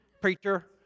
preacher